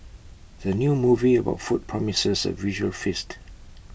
the new movie about food promises A visual feast